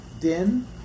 din